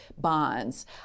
bonds